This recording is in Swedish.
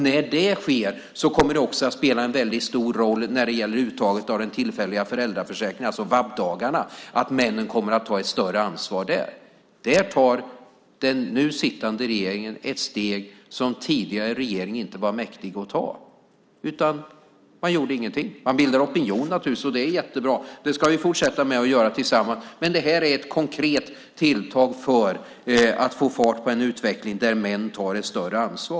När det sker kommer det också att spela en väldigt stor roll för uttaget av den tillfälliga föräldraförsäkringen, alltså VAB-dagarna. Männen kommer att ta ett större ansvar där. I och med detta tar den nu sittande regeringen ett steg som den tidigare regeringen inte var mäktig att ta. Man gjorde ingenting, förutom att bilda opinion naturligtvis. Det är jättebra, och det ska vi fortsätta att göra tillsammans, men det här är ett konkret tilltag för att få fart på en utveckling där män tar ett större ansvar.